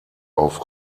auf